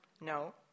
No